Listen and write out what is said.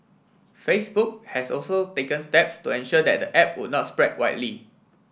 Facebook has also taken steps to ensure that the app would not spread widely